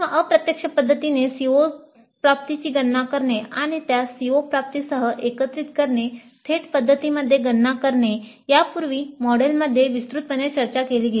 अप्रत्यक्ष पद्धतीने COप्राप्तीची गणना करणे आणि त्यास CO प्राप्तिसह एकत्रित करणे थेट पध्दतींमध्ये गणना करणे यापूर्वीच्या मॉड्यूलमध्ये विस्तृतपणे चर्चा केली गेली